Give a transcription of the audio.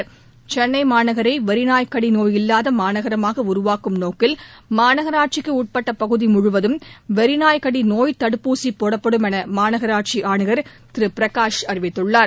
நோக்கில் சென்னைமாநகரைவெறிநாய்க் கடிநோய் இல்லாதமாநகரமாகஉருவாக்கும் மாநகராட்சிக்குஉட்பட்டபகுதிமுழுவதும் வெறிநாய்க்கடிநோய் தடுப்பூசிபோடப்படும் எனமாநகராட்சிஆணையர் திருபிரகாஷ் அறிவித்துள்ளார்